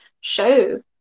show